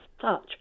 touch